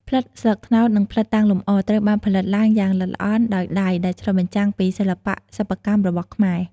ផ្លិតស្លឹកត្នោត និងផ្លិតតាំងលម្អ ត្រូវបានផលិតឡើងយ៉ាងល្អិតល្អន់ដោយដៃ ដែលឆ្លុះបញ្ចាំងពីសិល្បៈសិប្បកម្មរបស់ខ្មែរ។